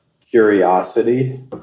Curiosity